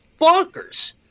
bonkers